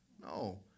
No